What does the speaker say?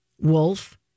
wolf